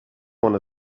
wanta